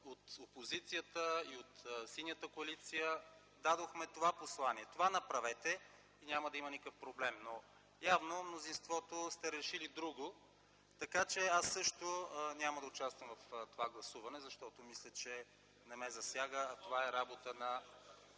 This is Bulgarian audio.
от опозицията и от Синята коалиция дадохме това послание: това направете и няма да има никакъв проблем. Явно мнозинството сте решили друго. Така че аз също няма да участвам в това гласуване, защото мисля, че не ме засяга, а това е работа на